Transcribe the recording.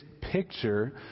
picture